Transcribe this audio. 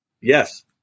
Yes